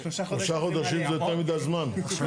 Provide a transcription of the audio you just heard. שלושה חודשים זה יותר מידי זמן, בלי קשר.